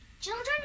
children